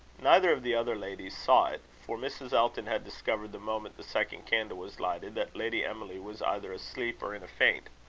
neither of the other ladies saw it for mrs. elton had discovered, the moment the second candle was lighted, that lady emily was either asleep or in a faint.